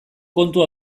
kontu